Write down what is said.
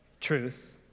truth